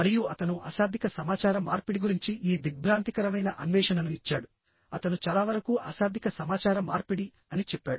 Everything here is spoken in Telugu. మరియు అతను అశాబ్దిక సమాచార మార్పిడి గురించి ఈ దిగ్భ్రాంతికరమైన అన్వేషణను ఇచ్చాడు అతను చాలా వరకు అశాబ్దిక సమాచార మార్పిడి అని చెప్పాడు